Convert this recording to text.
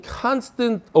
constant